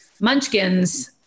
munchkins